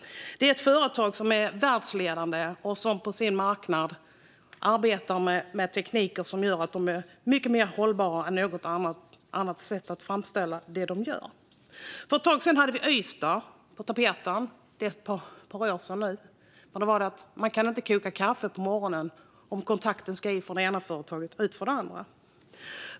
Det är ett företag som är världsledande och som på sin marknad arbetar med tekniker som gör deras framställning mycket mer hållbar än någon annans. För ett par år sedan var Ystad på tapeten. Då kunde man inte koka kaffe på morgonen om inte det ena företaget tog ut kontakten när det andra skulle sätta in den.